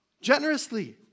generously